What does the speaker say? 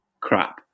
crap